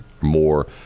more